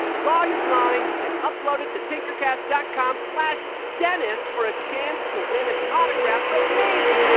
draw your drawing, and upload it to tinkercast dot com slash dennis for a chance to win an autograph from me,